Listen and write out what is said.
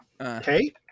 Okay